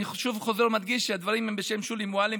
אני חוזר ומדגיש שהדברים הם בשם שולי מועלם,